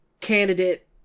candidate